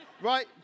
Right